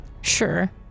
Sure